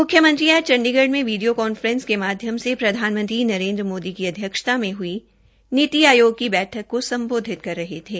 मुख्यमंत्री आज चण्डीगढ में वीडियो कॉफ्रेंस के माध्यम से प्रधानमंत्री नरेन्द्र मोदी की अध्यक्षता में हुई नीति आयोग की बैठक को संबोधित कर रहे थे